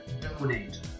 donate